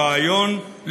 הרעיון,